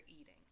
eating